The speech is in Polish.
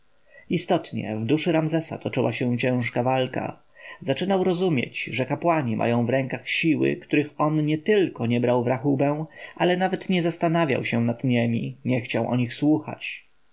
istotnie w duszy ramzesa toczyła się ciężka walka zaczynał rozumieć że kapłani mają w rękach siły których on nietylko nie brał w rachubę ale nawet nie zastanawiał się nad niemi nie chciał o nich słuchać